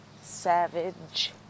Savage